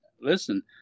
Listen